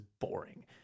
boring